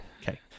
Okay